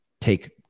take